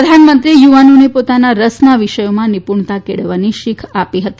પ્રધાનમંત્રીએ યુવાનોને પોતાના રસના વિષયોમાં નિપુણતા કેળવવાની શીખ આપી હતી